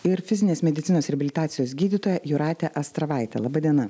ir fizinės medicinos reabilitacijos gydytoja jūrat astravaite laba diena